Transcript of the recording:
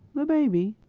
the baby?